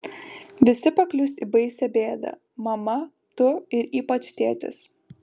visi paklius į baisią bėdą mama tu ir ypač tėtis